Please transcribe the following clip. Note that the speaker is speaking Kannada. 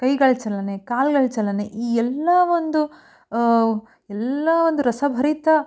ಕೈಗಳ ಚಲನೆ ಕಾಲುಗಳ ಚಲನೆ ಈ ಎಲ್ಲ ಒಂದು ಎಲ್ಲ ಒಂದು ರಸಭರಿತ